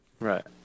Right